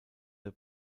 der